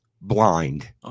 blind